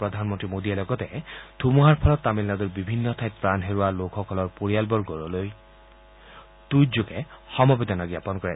প্ৰধানমন্ত্ৰী মোডীয়ে লগতে ধুমুহাৰ ফলত তামিলনাডুৰ বিভিন্ন ঠাইত প্ৰাণ হেৰুওৱা লোকসকলৰ পৰিয়ালবৰ্গৰ প্ৰতি টুইটযোগে সমবেদনা জ্ঞাপন কৰিছে